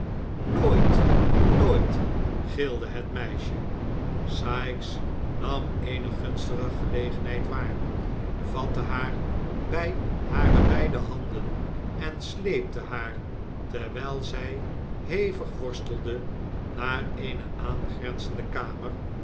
nooit nooit gilde het meisje sikes nam eene gunstige gelegenheid waar vatte haar bij hare beide handen en sleepte haar terwijl zij hevig worstelde naar eene aangrenzende kamer